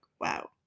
wow